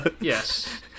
Yes